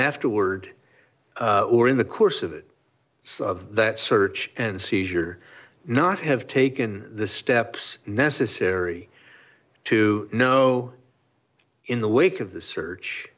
afterward or in the course of it of that search and seizure not have taken the steps necessary to know in the wake of the search